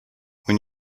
when